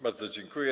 Bardzo dziękuję.